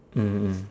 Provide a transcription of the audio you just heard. mm